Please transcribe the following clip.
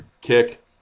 kick